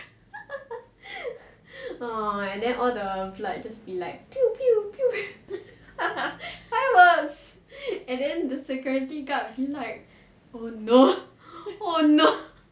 then all the blood just be like pew pew pew fireworks and then the security guard be like oh no oh no